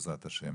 בעזרת השם.